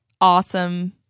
awesome